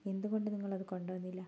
എന്തുകൊണ്ട് നിങ്ങളതു കൊണ്ടുവന്നില്ല